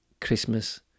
Christmas